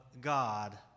God